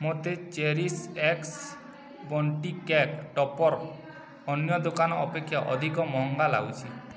ମୋତେ cherish x bunting cake topper ଅନ୍ୟ ଦୋକାନ ଅପେକ୍ଷା ଅଧିକ ମହଙ୍ଗା ଲାଗୁଛି